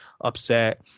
upset